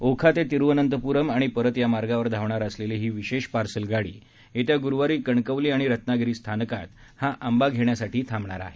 ओखा ते तिरुवअनंतपुरम आणि परत या मार्गावर धावणार असलेली ही विशेष पार्सल गाडी येत्या गुरुवारी कणकवली आणि रत्नागिरी स्थानकात हा आंबा घेण्यासाठी थांबणार आहे